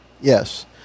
Yes